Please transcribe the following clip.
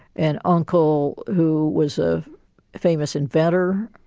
an uncle who was a famous inventor.